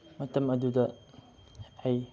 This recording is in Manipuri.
ꯃꯇꯝ ꯑꯗꯨꯗ ꯑꯩ